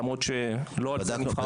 למרות שלא על זה נבחרתם.